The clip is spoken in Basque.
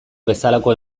bezalako